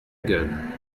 gueule